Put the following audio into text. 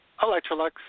Electrolux